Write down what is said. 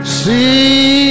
see